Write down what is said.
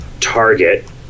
Target